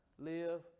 live